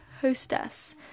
hostess